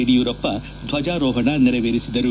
ಯಡಿಯೂರಪ್ಪ ಧ್ವಜಾರೋಹಣ ನೆರವೇರಿಸಿದರು